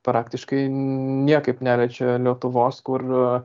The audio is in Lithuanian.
praktiškai niekaip neliečia lietuvos kur